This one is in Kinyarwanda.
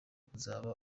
kuzaba